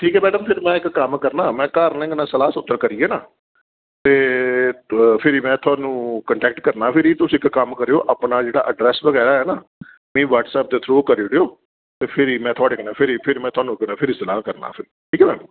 ठीक ऐ मैडम फिर में इक कम्म करना में घर आह्लें कन्नै सलाह् सूत्तर करियै ना ते फिरी में थुआनू कनटैक्ट करना फिरी तुस इक कम्म करेओ अपना जेह्ड़ा अड्रैस बगैरा ऐ ना मिगी बटसऐप दे थ्रू करुड़ेओ ते फिरी में थुआढ़े कन्नै फिरी फिर में थुआनू फिर सलाह् करना फिर ठीक ऐ मैम